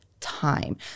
time